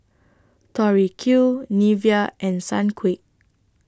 Tori Q Nivea and Sunquick